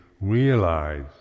realize